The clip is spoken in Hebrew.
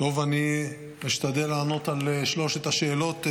אני אשתדל לענות על שלוש השאלות בקצרה,